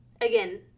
again